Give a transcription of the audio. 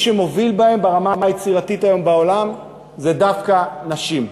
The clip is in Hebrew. שמוביל בהם ברמה היצירתית היום בעולם זה דווקא נשים.